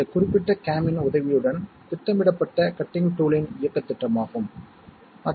இந்த நீல நிற நெடுவரிசையில் 3 பிட்களின் கணிதக் கூட்டல் உள்ளது